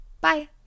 Bye